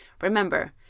Remember